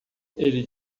ele